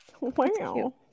Wow